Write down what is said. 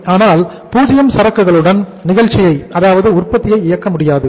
ஆனால் 0 சரக்குகளுடன் நிகழ்ச்சியை அதாவது உற்பத்தியை இயக்க முடியாது